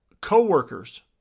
co-workers